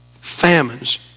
Famines